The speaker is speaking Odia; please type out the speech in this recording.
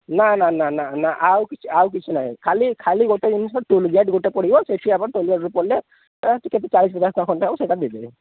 ନା ନା ନା ନା ନା ଆଉ କିଛି ଆଉ କିଛି ନାହିଁ ଖାଲି ଖାଲି ଗୋଟେ ଜିନିଷ ଟୁଲଗେଟ ଗୋଟେ ପଡ଼ିବ ସେଠି ଆପଣ ଟୁଲଗେଟ୍ର ପଡ଼େ କେତେ ଚାଳିଶ ପଚାଶ ଟଙ୍କା ଖଣ୍ଡେ ହବ ସେଟା ଦେଇଦେବେ